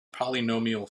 polynomial